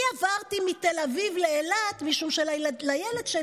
אני עברתי מתל אביב לאילת משום שלילד שלי